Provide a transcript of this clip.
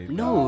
no